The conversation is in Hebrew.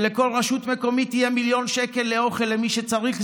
שלכל רשות מקומית יהיה מיליון שקל לאוכל למי שצריך,